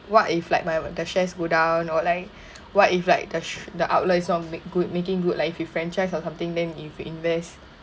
what if like my the shares go down or like what if like the the outlet is not make good making good like if it franchise or something then if you invest